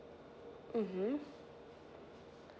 (mmhm)